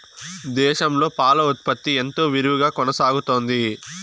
దేశంలో పాల ఉత్పత్తి ఎంతో విరివిగా కొనసాగుతోంది